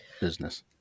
business